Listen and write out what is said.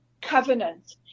covenant